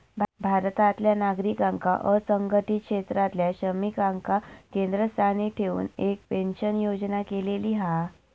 भारतातल्या नागरिकांका असंघटीत क्षेत्रातल्या श्रमिकांका केंद्रस्थानी ठेऊन एक पेंशन योजना केलेली हा